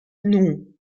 non